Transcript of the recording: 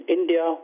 India